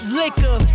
liquor